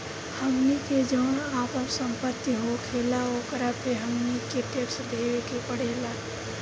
हमनी के जौन आपन सम्पति होखेला ओकरो पे हमनी के टैक्स देबे के पड़ेला